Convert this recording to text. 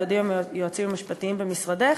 ויודעים היועצים המשפטיים במשרדך,